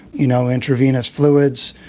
you know, intravenous fluids.